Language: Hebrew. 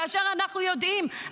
כאשר אנחנו יודעים,